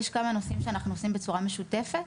יש כמה נושאים שאנחנו עושים בצורה משותפת,